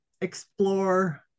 explore